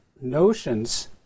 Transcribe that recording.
notions